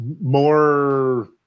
more